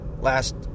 last